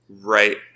right